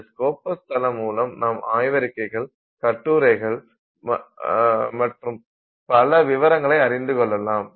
இந்த ஸ்கோபஸ் தளம் மூலம் நாம் ஆய்வறிக்கைகள் கட்டுரைகள் பற்றும் பல விவரங்களை அறிந்து கொள்ளலாம்